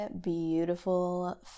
beautiful